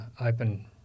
open